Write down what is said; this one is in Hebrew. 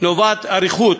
טובת אריכות